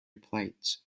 plates